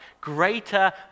greater